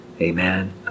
amen